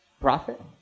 profit